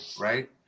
right